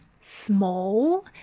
small